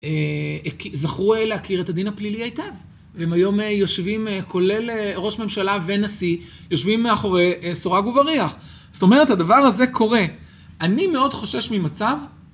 אה.. כי.. זכרו להכיר את הדין הפלילי היטב. והם היום אה.. יושבים אה.. כולל ראש ממשלה ונשיא, יושבים מאחורי אה.. סורג ובריח. זאת אומרת, הדבר הזה קורה. אני מאוד חושש ממצב...